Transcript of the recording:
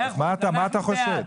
במה אתה חושד?